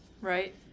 Right